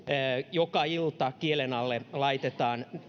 joka ilta kielen alle laitetaan